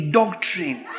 doctrine